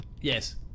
Yes